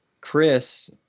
Chris